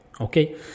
okay